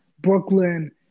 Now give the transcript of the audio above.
Brooklyn